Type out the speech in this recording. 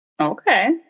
Okay